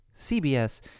CBS